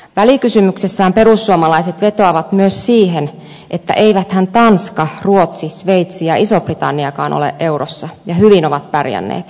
välikysymyksessään perussuomalaiset vetoavat myös siihen että eiväthän tanska ruotsi sveitsi ja iso britanniakaan ole eurossa ja hyvin ovat pärjänneet